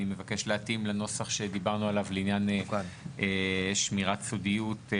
אני מבקש להתאים לנוסח שדיברנו עליו לעניין שמירת סודיות,